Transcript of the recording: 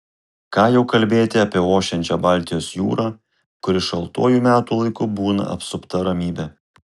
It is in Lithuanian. ką jau kalbėti apie ošiančią baltijos jūrą kuri šaltuoju metų laiku būna apsupta ramybe